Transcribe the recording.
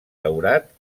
daurat